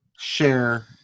share